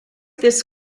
this